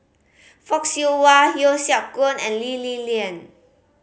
Fock Siew Wah Yeo Siak Goon and Lee Li Lian